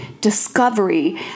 discovery